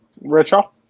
Rachel